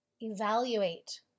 evaluate